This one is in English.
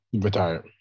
Retired